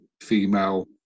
female